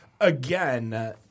again